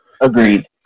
Agreed